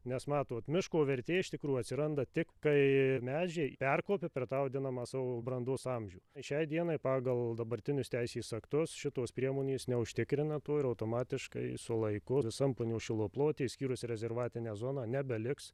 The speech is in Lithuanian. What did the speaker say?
nes matot miško vertė iš tikrųjų atsiranda tik kai medžiai perkopia per tą vadinamą savo brandos amžių šiai dienai pagal dabartinius teisės aktus šitos priemonės neužtikrina to ir automatiškai su laiku visam punios šilo plote išskyrus rezervatinę zoną nebeliks